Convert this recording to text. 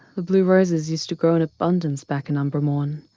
ah, the blue roses used to grow in abundance back in umbramourn.